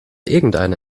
irgendeine